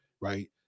right